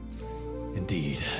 Indeed